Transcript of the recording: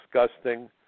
disgusting